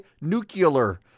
nuclear